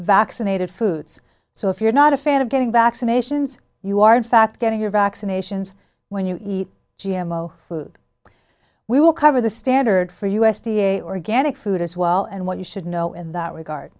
vaccinated foods so if you're not a fan of getting vaccinations you are in fact getting your vaccinations when you eat g m o food we will cover the standard for us da organic food as well and what you should know in that regard